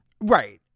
Right